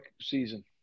season